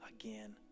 again